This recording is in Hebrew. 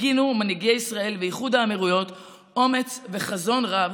הפגינו מנהיגי ישראל ואיחוד האמירויות אומץ וחזון רב,